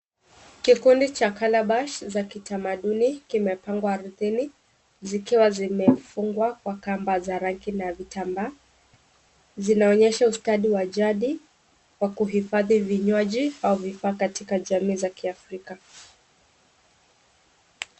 Kikundi cha calabash za kitamaduni kimepangwa ardhini, zikiwa zimefungwa kwa rangi na vitambaa. Zinaonyesha ustadi wa jadi wa kuhifadhi vinywaji au vifaa katika jamii za kiafrika.